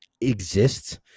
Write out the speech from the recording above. exists